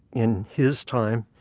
in his time,